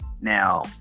Now